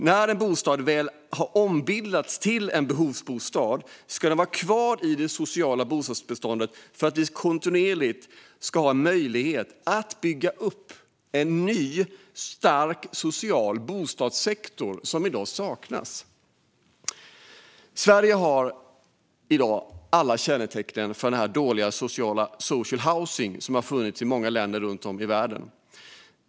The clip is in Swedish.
När en bostad väl har ombildats till en behovsbostad ska den vara kvar i det sociala bostadsbeståndet för att vi kontinuerligt ska ha möjlighet att bygga upp en ny, stark social bostadssektor, något som i dag saknas. Sverige har i dag alla kännetecken på den dåliga social housing som har funnits i många länder runt om i världen.